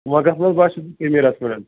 منٛز باسیٚو نہٕ کیٚنٛہہ